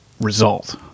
result